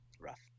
Rough